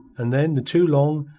and then the two long,